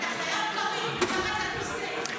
אתה חייב כרית מתחת לכיסא.